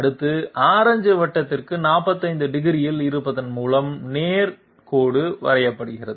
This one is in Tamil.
அடுத்து ஆரஞ்சு வட்டத்திற்கு 45 டிகிரியில் இருப்பதன் மூலம் நேர் கோடு வரையறுக்கப்படுகிறது